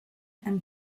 and